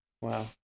Wow